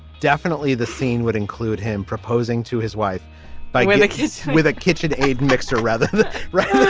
definitely the scene would include him proposing to his wife by women, kids with a kitchen aid mixer, rather right